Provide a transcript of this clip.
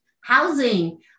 housing